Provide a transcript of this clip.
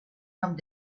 come